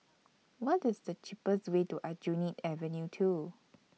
What IS The cheapest Way to Aljunied Avenue two